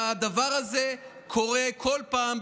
והדבר הזה קורה בכל פעם,